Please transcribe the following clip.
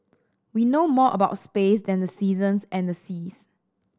we know more about space than the seasons and the seas